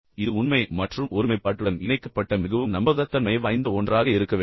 இது உண்மை மற்றும் ஒருமைப்பாட்டுடன் இணைக்கப்பட்ட மிகவும் நம்பகத்தன்மை வாய்ந்த ஒன்றாக இருக்க வேண்டும்